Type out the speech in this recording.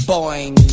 Boing